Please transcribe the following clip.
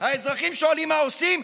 האזרחים שואלים מה עושים.